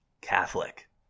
Catholic